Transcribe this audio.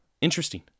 Interesting